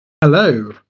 Hello